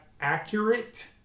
accurate